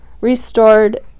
restored